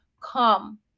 come